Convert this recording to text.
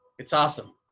it's awesome.